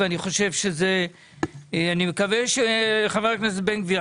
אני מקווה שחבר הכנסת בן גביר,